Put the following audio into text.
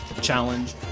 challenge